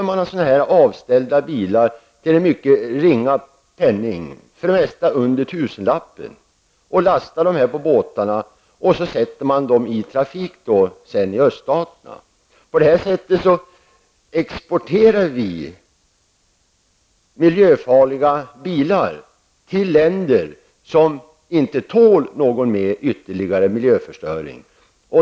Man köper avställda bilar till en mycket ringa penning, för det mesta under tusenlappen, och lastar på båtarna. De sätts i trafik i öststaterna. På det här viset exporterar vi miljöfarliga bilar till länder som inte tål någon ytterligare miljöförstöring.